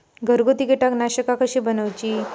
घरगुती कीटकनाशका कशी बनवूची?